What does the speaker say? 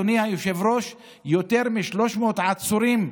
אדוני היושב-ראש, יותר מ-300 עצורים,